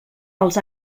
als